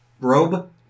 Robe